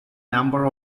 number